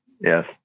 Yes